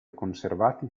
conservati